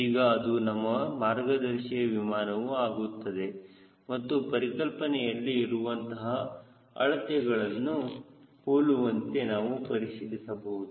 ಈಗ ಅದು ನಮ್ಮ ಮಾರ್ಗದರ್ಶಿಯ ವಿಮಾನವು ಆಗುತ್ತದೆ ಮತ್ತು ಪರಿಕಲ್ಪನೆಯಲ್ಲಿ ಇರುವಂತಹ ಅಳತೆಗಳನ್ನು ಹೋಲುವಂತೆ ನೀವು ಪರಿಶೀಲಿಸಬಹುದು